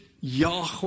Yahweh